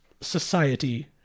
society